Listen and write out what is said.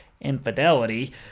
infidelity